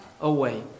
away